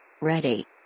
Ready